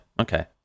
okay